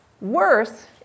Worse